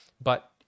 But-